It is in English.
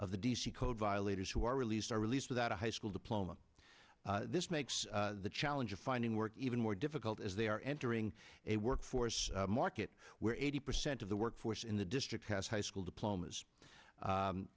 of the d c code violators who are released are released without a high school diploma this makes the challenge of finding work even more difficult as they are entering a workforce market where eighty percent of the workforce in the district has high school diplomas